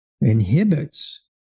inhibits